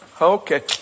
okay